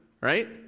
right